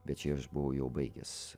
bet čia aš buvau jau baigęs